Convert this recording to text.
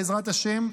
בעזרת השם,